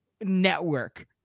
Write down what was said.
network